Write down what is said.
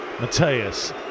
Mateus